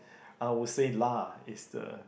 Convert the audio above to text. I would say lah is the